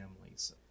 families